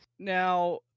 Now